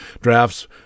drafts